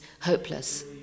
hopeless